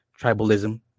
tribalism